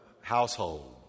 household